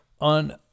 On